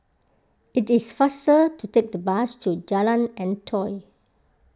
it is faster to take the bus to Jalan Antoi